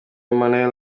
emmanuel